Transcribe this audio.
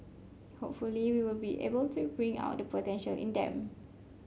hopefully we will be able to bring out the potential in them